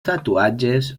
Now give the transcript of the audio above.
tatuatges